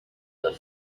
that